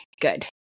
good